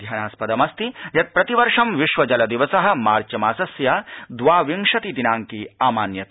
ध्यानास्पदमस्ति यत् प्रतिवर्ष विश्व जल दिवस मार्च मासस्य द्वा विंशति दिनांके आमान्यते